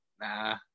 Nah